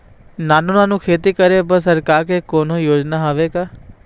नानू नानू खेती करे बर सरकार के कोन्हो योजना हावे का?